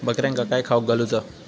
बकऱ्यांका काय खावक घालूचा?